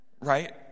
Right